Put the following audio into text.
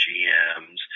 GMs